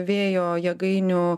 vėjo jėgainių